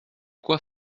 quoi